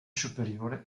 superiore